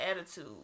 attitude